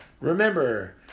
Remember